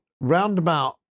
roundabout